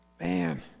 man